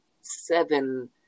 seven